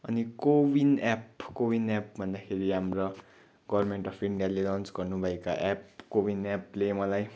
अनि CoWIN app CoWIN app भन्दाखेरि हाम्रो गर्मेन्ट अफ इन्डियाले लन्च गर्नुभएका एप कोविन एपले मलाई